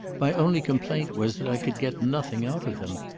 my only complaint was that i could get nothing out of them.